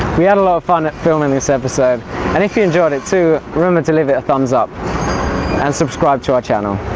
we had a lot of fun filming this episode and if you enjoyed it too, remember and to leave it a thumbs up and subscribe to our channel.